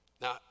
Now